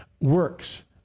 works